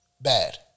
bad